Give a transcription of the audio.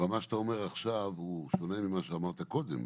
אבל מה שאתה אומר עכשיו הוא שונה ממה שאמרת קודם,